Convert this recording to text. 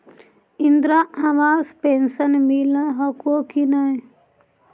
इन्द्रा आवास पेन्शन मिल हको ने?